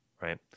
right